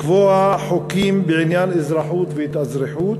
לקבוע חוקים בעניין אזרחות והתאזרחות,